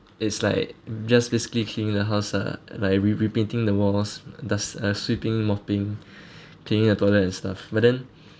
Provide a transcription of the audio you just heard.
it's like just basically cleaning the house ah like re~ repainting the walls dust uh sweeping mopping cleaning the toilet and stuff but then